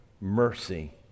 mercy